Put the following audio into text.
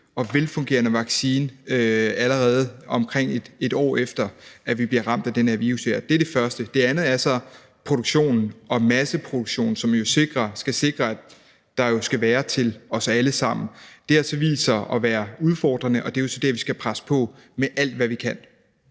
og velfungerende vaccine, allerede omkring et år efter at vi blev ramt af den her virus. Det er det første. Det andet er så produktion og masseproduktion, som jo skal sikre, at der er til os alle sammen. Det har så vist sig at være udfordrende, og det er jo så der, vi skal presse på med alt, hvad vi kan.